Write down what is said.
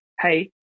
hey